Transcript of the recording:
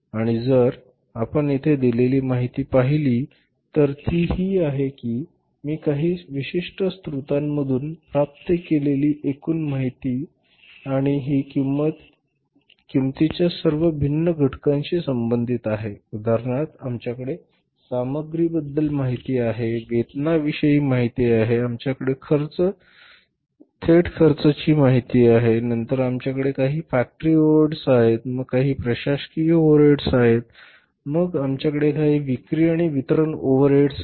आणि जर आपण येथे दिलेली माहिती पाहिली तर ती ही आहे की मी काही विशिष्ट स्त्रोतांमधून प्राप्त केलेली एकूण माहिती आहे आणि ही माहिती किंमतीच्या सर्व भिन्न घटकांशी संबंधित आहे उदाहरणार्थ आमच्याकडे सामग्रीबद्दल माहिती आहे वेतनाविषयी माहिती आहे आमच्याकडे खर्च थेट खर्चाची माहिती आहे नंतर आमच्याकडे काही फॅक्टरी ओव्हरहेड्स आहेत मग काही प्रशासकीय ओव्हरहेड्स आहेत मग आमच्याकडे काही विक्री आणि वितरण ओव्हरहेड्स आहे